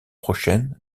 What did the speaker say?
prochaine